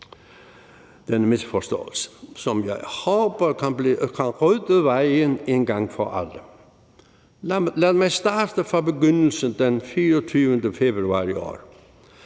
den misforståelse, som jeg håber kan blive ryddet af vejen en gang for alle. Lad mig starte fra begyndelsen den 24. februar i år.